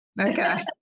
okay